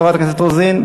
חברת הכנסת רוזין?